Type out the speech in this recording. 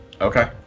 Okay